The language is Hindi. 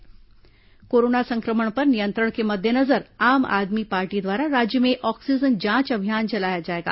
आप ऑक्सीजन जांच कोरोना संक्रमण पर नियंत्रण के मद्देनजर आम आदमी पार्टी द्वारा राज्य में ऑक्सीजन जांच अभियान चलाया जाएगा